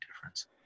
difference